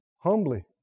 Humbly